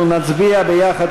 אנחנו נצביע יחד,